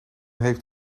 heeft